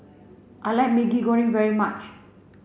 I like Maggi Goreng very much